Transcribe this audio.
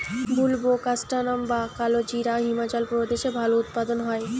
বুলবোকাস্ট্যানাম বা কালোজিরা হিমাচল প্রদেশে ভালো উৎপাদন হয়